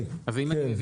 אם אני מבין